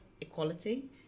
equality